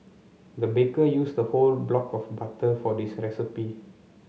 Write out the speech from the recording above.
the baker used a whole block of butter for this recipe